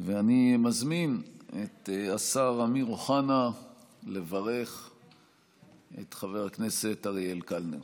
אני מזמין את השר אמיר אוחנה לברך את חבר הכנסת אריאל קלנר.